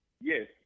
Yes